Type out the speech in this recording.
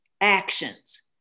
actions